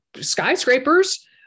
skyscrapers